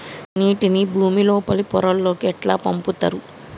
నీటిని భుమి లోపలి పొరలలోకి ఎట్లా పంపుతరు?